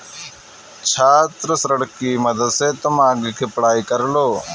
छात्र ऋण की मदद से तुम आगे की पढ़ाई कर लो